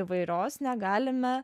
įvairios negalime